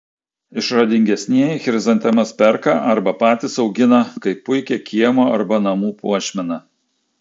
išradingesnieji chrizantemas perka arba patys augina kaip puikią kiemo arba namų puošmeną